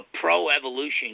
pro-evolution